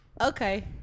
okay